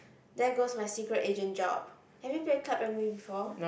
there goes my secret agent job have you play Club Penguin before